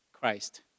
Christ